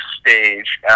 stage